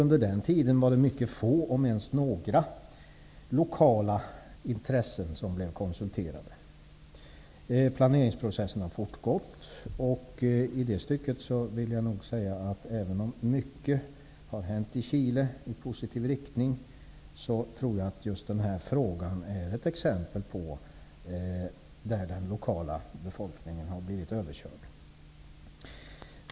Under den tiden konsulterades mycket få lokala intressen -- om ens några. Planeringsprocessen har fortgått, och jag tror, även om mycket har hänt i Chile i positiv riktning, att just den här frågan är ett exempel på att den lokala befolkningen har blivit överkörd.